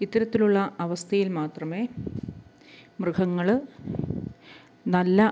ഇത്തരത്തിലുള്ള അവസ്ഥയിൽ മാത്രമേ മൃഗങ്ങൾ നല്ല